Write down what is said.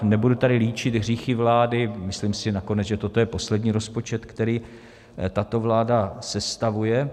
Nebudu tady líčit hříchy vlády, myslím si nakonec, že toto je poslední rozpočet, který tato vláda sestavuje.